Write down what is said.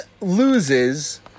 loses